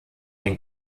den